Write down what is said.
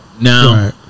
Now